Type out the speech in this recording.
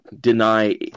deny